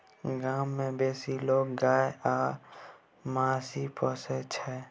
गाम मे बेसी लोक गाय आ महिष पोसय छै